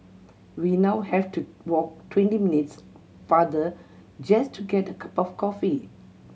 we now have to walk twenty minutes farther just to get a cup of coffee